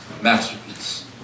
masterpiece